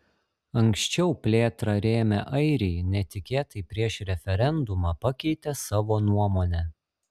anksčiau plėtrą rėmę airiai netikėtai prieš referendumą pakeitė savo nuomonę